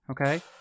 okay